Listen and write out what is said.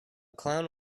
clown